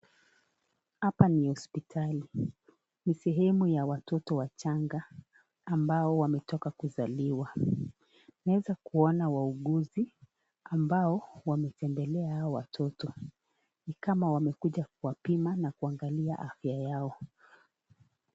Hapa ni hosipitali, ni sehemu ya watoto wachanga. Ambao wametoka kuzaliwa. Unaweza kuona wauguzi ambao wametembelea hawa watoto. Ni kama wamekuja kuwapima na kuangalia afya yao.